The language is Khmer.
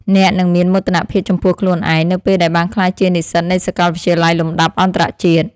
អ្នកនឹងមានមោទនភាពចំពោះខ្លួនឯងនៅពេលដែលបានក្លាយជានិស្សិតនៃសាកលវិទ្យាល័យលំដាប់អន្តរជាតិ។